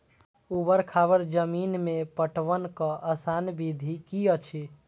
ऊवर खावर जमीन में पटवनक आसान विधि की अछि?